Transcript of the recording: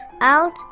out